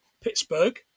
Pittsburgh